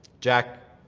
jack,